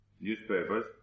newspapers